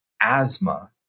asthma